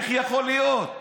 איך יכול להיות?